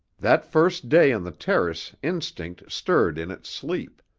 that first day on the terrace instinct stirred in its sleep,